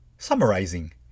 Summarizing